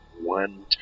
one